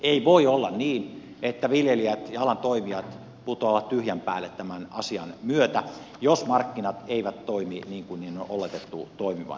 ei voi olla niin että viljelijät ja alan toimijat putoavat tyhjän päälle tämän asian myötä jos markkinat eivät toimi niin kuin niiden on oletettu toimivan